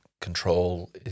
control